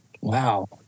Wow